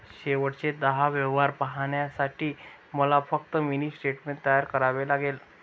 शेवटचे दहा व्यवहार पाहण्यासाठी मला फक्त मिनी स्टेटमेंट तयार करावे लागेल